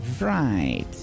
right